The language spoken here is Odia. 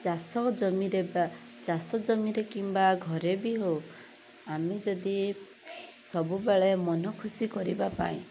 ଚାଷ ଜମିରେ ବା ଚାଷ ଜମିରେ କିମ୍ବା ଘରେ ବି ହଉ ଆମେ ଯଦି ସବୁବେଳେ ମନ ଖୁସି କରିବା ପାଇଁ